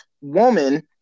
woman